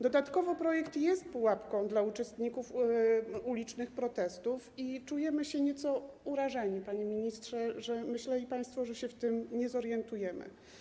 Dodatkowo projekt jest pułapką dla uczestników ulicznych protestów i czujemy się nieco urażeni, panie ministrze, że myśleli państwo, że się w tym nie zorientujmy.